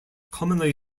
commonly